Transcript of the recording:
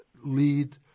lead